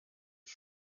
ich